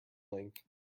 length